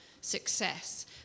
success